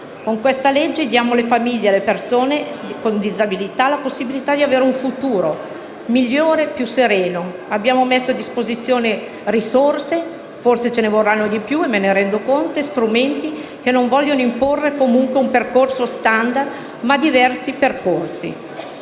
Con questa legge diamo alle famiglie e alle persone con disabilità la possibilità di avere un futuro migliore e più sereno. Abbiamo messo a disposizione risorse - forse ce ne vorranno di più, me ne rendo conto - e strumenti che non vogliono imporre comunque un percorso *standard*, ma diversi percorsi.